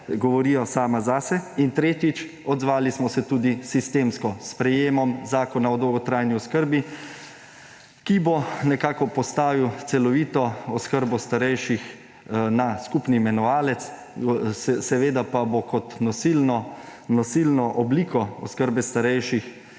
govorijo sama zase. In tretjič, odzvali smo se tudi sistemsko – s sprejetjem Zakona o dolgotrajni oskrbi, ki bo nekako postavil celovito oskrbo starejših na skupni imenovalec, seveda pa bo kot nosilno obliko oskrbe starejših